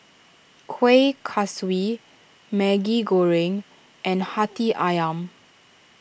Kueh Kaswi Maggi Goreng and Hati Ayam